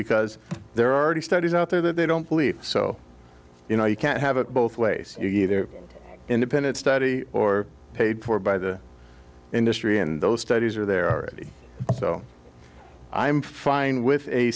because there are already studies out there that they don't believe so you know you can't have it both ways you either independent study or paid for by the industry and those studies are there already so i'm fine with a